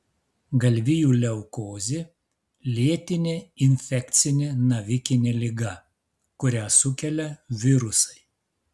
galvijų leukozė lėtinė infekcinė navikinė liga kurią sukelia virusai